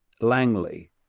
Langley